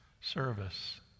service